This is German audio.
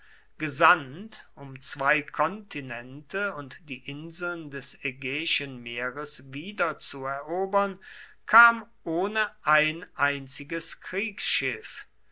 gesandt um zwei kontinente und die inseln des ägäischen meeres wiederzuerobern kam ohne ein einziges kriegsschiff